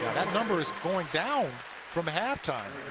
that number is going down from halftime,